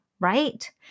right